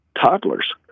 toddlers